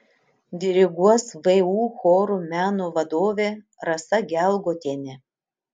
diriguos vu chorų meno vadovė rasa gelgotienė